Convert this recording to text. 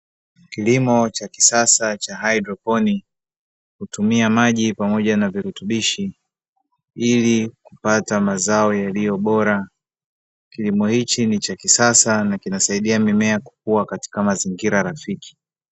Kilimo cha kisasa cha haidroponi hutumia maji pamoja na virutubishi ili kupata mazao yaliyo bora, kilimo hichi ni cha kisasa na kinasaidia mimea kukua katika mazingira rafiki.